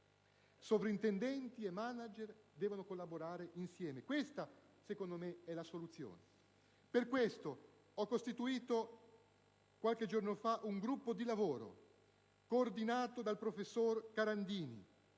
restano senza lavoro, devono collaborare insieme: questa, secondo me, è la soluzione. Per questo, ho costituito qualche giorno fa un gruppo di lavoro, coordinato dal professor Carandini,